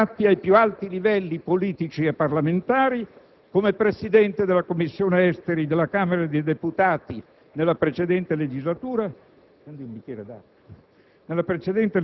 - contatti ai più alti livelli politici e parlamentari, come Presidente della Commissione affari esteri della Camera dei deputati nella precedente legislatura,